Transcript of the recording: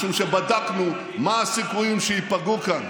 משום שבדקנו מה הסיכויים שייפגעו כאן,